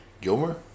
Gilmer